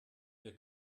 wir